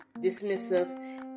dismissive